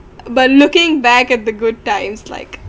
but looking back at the good times like